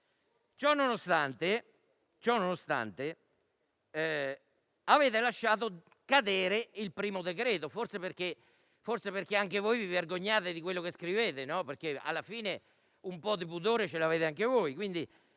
Ciononostante, avete lasciato cadere il primo decreto, forse perché anche voi vi vergognate di quello che scrivete e forse alla fine un po' di pudore ce l'avete anche voi.